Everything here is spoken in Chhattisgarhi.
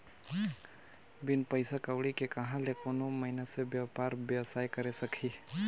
बिन पइसा कउड़ी के कहां ले कोनो मइनसे बयपार बेवसाय करे सकही